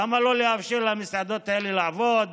למה לא לאפשר למסעדות האלה לעבוד,